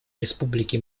республики